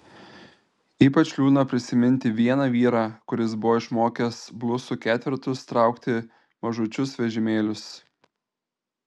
ypač liūdna prisiminti vieną vyrą kuris buvo išmokęs blusų ketvertus traukti mažučius vežimėlius